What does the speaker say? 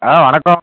ஆ வணக்கம்